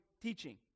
teaching